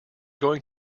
going